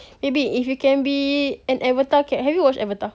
baby if you can be an avatar have you watch avatar